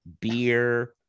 beer